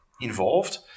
involved